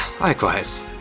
likewise